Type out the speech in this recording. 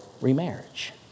remarriage